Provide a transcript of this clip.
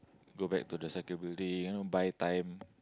go back to the sakae building you know buy time